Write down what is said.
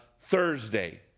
Thursday